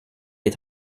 des